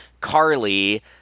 Carly